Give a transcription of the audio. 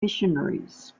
missionaries